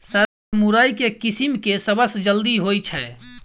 Sir मुरई केँ किसिम केँ सबसँ जल्दी होइ छै?